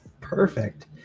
Perfect